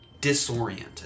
disoriented